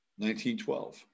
1912